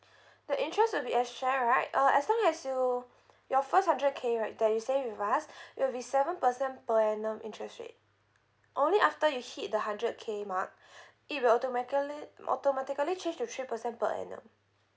the interest will be a share right uh as long as you your first hundred K right that you save with us it'll be seven percent per annum interest rate only after you hit the hundred K mark it will automatica~ automatically change to three percent per annum